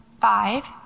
Five